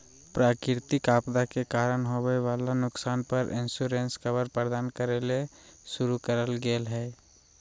प्राकृतिक आपदा के कारण होवई वला नुकसान पर इंश्योरेंस कवर प्रदान करे ले शुरू करल गेल हई